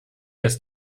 ist